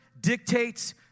dictates